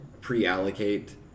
pre-allocate